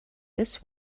this